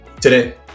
Today